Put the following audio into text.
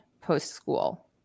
post-school